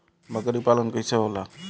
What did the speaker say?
बकरी पालन कैसे होला?